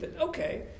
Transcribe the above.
Okay